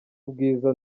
ubwiza